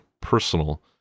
personal